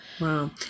Wow